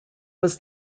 was